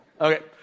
okay